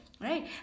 right